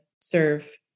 serve